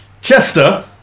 Chester